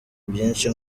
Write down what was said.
byinshi